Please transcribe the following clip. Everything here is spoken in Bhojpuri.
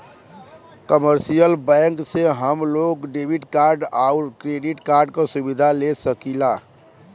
कमर्शियल बैंक से हम लोग डेबिट कार्ड आउर क्रेडिट कार्ड क सुविधा ले सकीला